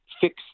fix